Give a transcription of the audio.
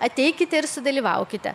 ateikite ir sudalyvaukite